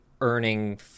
earning